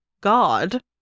god